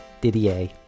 Didier